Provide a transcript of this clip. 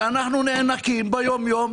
שאנחנו נאנקים ביום יום.